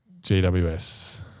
GWS